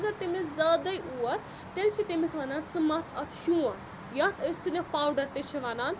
پَتہٕ اگر تٔمِس زیادٕے اوس تیٚلہِ چھِ تٔمِس وَنان ژٕ مَتھ اَتھ شوٗنٛٹھ یَتھ أسۍ سِنِف پاوڈَر تہِ چھِ وَنان